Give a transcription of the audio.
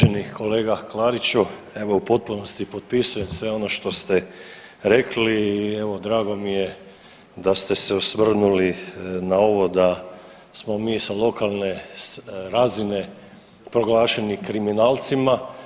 Uvaženi kolega Klariću, evo u potpunosti potpisujem sve ono što ste rekli i evo drago mi je da ste se osvrnuli na ovo da smo mi sa lokalne razine proglašeni kriminalcima.